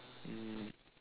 mm